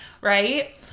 right